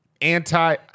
anti